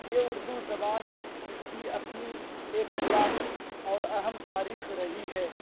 یہ اردو زبان جس کی اپنی ایک پرانی اور اہم تاریخ رہی ہے